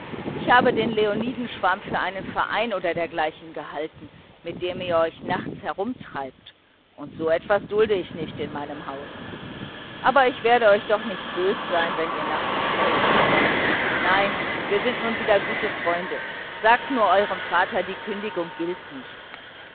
ich habe den leonidenschwarm für einen verein oder dergleichen gehalten mit dem ihr euch nachts herumtreibt und so etwas dulde ich nicht in meinem haus aber ich werde euch doch nicht bös sein wenn ihr nach dem himmel schaut nein wir sind nun wieder gute freunde sagt nur eurem vater die kündigung gilt nicht